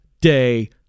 day